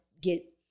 get